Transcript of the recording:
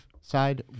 side